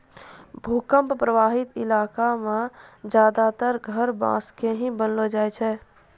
भूकंप प्रभावित इलाका मॅ ज्यादातर घर बांस के ही बनैलो जाय छै